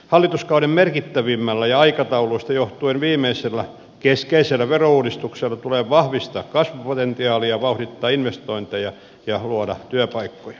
hallituskauden merkittävimmällä ja aikatauluista johtuen viimeisellä keskeisellä verouudistuksella tulee vahvistaa kasvupotentiaalia vauhdittaa investointeja ja luoda työpaikkoja